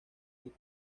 del